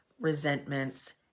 resentments